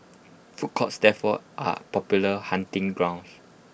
food courts therefore are popular hunting grounds